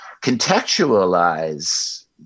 contextualize